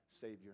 Savior